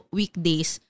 weekdays